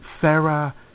Sarah